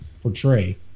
portray